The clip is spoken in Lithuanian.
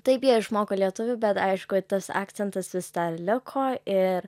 taip jie išmoko lietuvių bet aišku tas akcentas vis dar liko ir